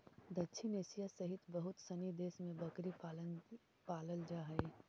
दक्षिण एशिया सहित बहुत सनी देश में बकरी पालल जा हइ